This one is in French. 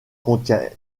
contient